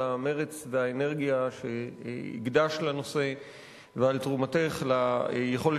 על המרץ והאנרגיה שהקדשת לנושא ועל תרומתך ליכולת